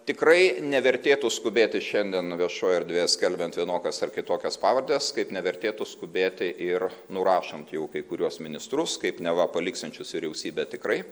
tikrai nevertėtų skubėti šiandien viešoj erdvėj skalbiant vienokias ar kitokias pavardes kaip nevertėtų skubėti ir nurašant jau kai kuriuos ministrus kaip neva paliksiančius vyriausybę tikrai